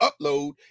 upload